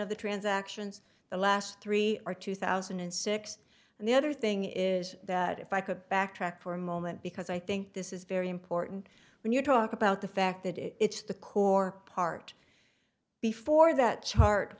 of the transactions the last three are two thousand and six and the other thing is that if i could backtrack for a moment because i think this is very important when you talk about the fact that it's the core part before that chart